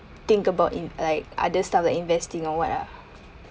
think about in like other stuff of investing or what ah